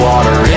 Water